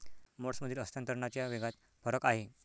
मोड्समधील हस्तांतरणाच्या वेगात फरक आहे